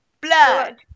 Blood